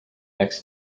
next